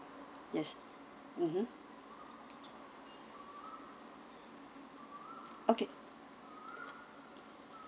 yes mmhmm okay